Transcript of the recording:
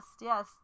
Yes